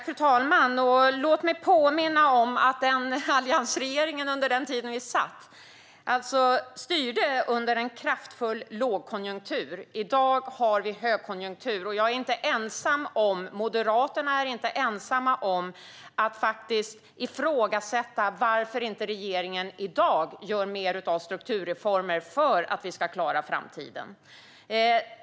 Fru talman! Låt mig påminna om att alliansregeringen under den tid vi satt styrde under en kraftfull lågkonjunktur. I dag har vi högkonjunktur, och Moderaterna är inte ensamma om att ifrågasätta varför regeringen inte gör fler strukturreformer för att vi ska klara framtiden.